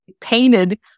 painted